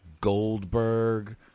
Goldberg